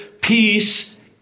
peace